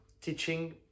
teaching